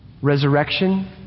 Resurrection